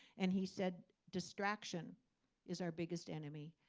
and he said, distraction is our biggest enemy.